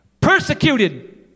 Persecuted